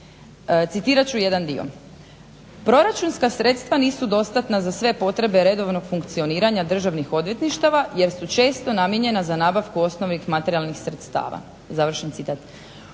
Citirat ću jedan dio: "proračunska sredstva nisu dostatna za sve potrebe redovnog funkcioniranja državnog odvjetništava jer su često namijenjena za nabavku osnovnih materijalnih sredstava". U daljnjem